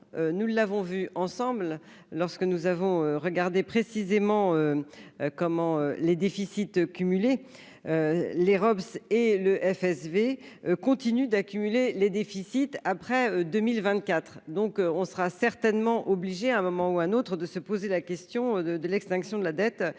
nous l'avons vu ensemble lorsque nous avons regardé précisément comment les déficits cumulés les robes et le FSV continue d'accumuler les déficits après 2024 donc on sera certainement obligé à un moment ou un autre, de se poser la question de de l'extinction de la dette